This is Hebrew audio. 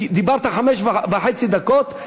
דיברת חמש וחצי דקות.